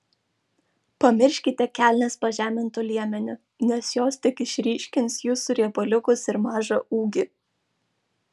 pamirškite kelnes pažemintu liemeniu nes jos tik išryškins jūsų riebaliukus ir mažą ūgį